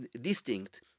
distinct